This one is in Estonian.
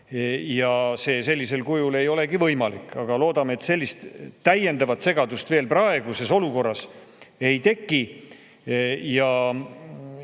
ja see sellisel kujul ei olegi võimalik. Aga loodame, et sellist täiendavat segadust praeguses [segases] olukorras ei teki ja